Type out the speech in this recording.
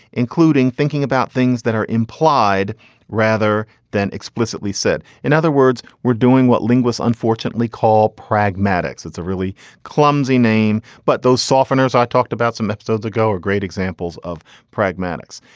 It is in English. including thinking about things that are implied rather than explicitly said. in other words, we're doing what linguists unfortunately call pragmatics. that's a really clumsy name. but those softeners i talked about some episodes ago are great examples of pragmatics.